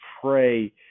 pray